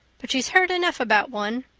but she's heard enough about one.